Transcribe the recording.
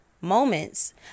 moments